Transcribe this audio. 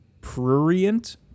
Prurient